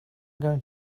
going